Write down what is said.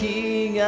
King